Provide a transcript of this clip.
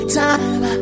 time